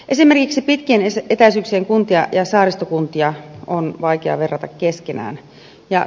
esimerkiksi pitkien etäisyyksien kuntia ja saaristokuntia on vaikea verrata keskenään